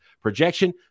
projection